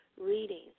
reading